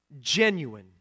Genuine